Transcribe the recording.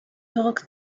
took